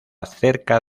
cerca